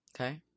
Okay